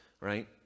right